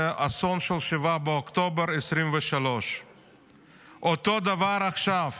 האסון של 7 באוקטובר 2023. אותו דבר עכשיו,